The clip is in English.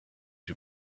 you